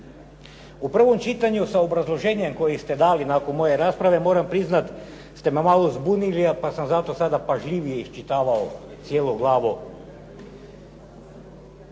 U prvom čitanju sa obrazloženjem koje ste dali nakon moje rasprave moram priznati ste me malo zbunili pa sam zato sada pažljivije iščitavao cijelu glavu